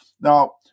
Now